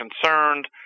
concerned